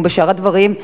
כמו בשאר הדברים,